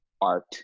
art